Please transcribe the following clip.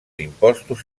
impostos